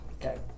Okay